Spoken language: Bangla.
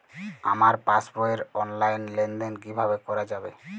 আমার পাসবই র অনলাইন লেনদেন কিভাবে করা যাবে?